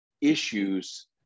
issues